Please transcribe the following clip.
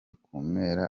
kumera